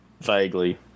Vaguely